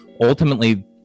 ultimately